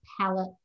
palette